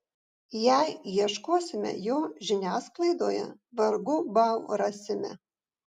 jei ieškosime jo žiniasklaidoje vargu bau rasime